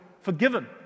forgiven